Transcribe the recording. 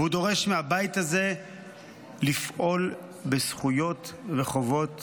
והוא דורש מהבית הזה לפעול בזכויות וחובות